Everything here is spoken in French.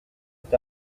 est